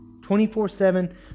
24-7